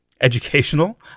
educational